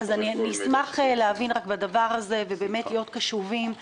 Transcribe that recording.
אתם אנשי המקצוע וצריך להביא להם את הפירות של הרפורמה החשובה הזאת.